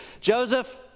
Joseph